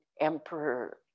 Emperor